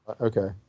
Okay